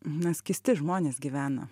na skysti žmonės gyvena